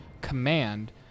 command